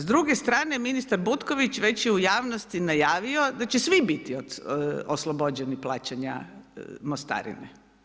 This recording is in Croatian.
S druge strane, ministar Butković, već je u javnosti najavio da će svi biti oslobođeni plaćanja mostarine.